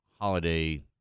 holiday